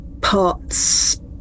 parts